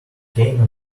came